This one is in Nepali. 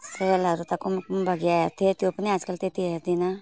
सिरियलहरू त कुमकुम भाग्य हेर्थेँ त्यो पनि आजकल त्यति हेर्दिनँ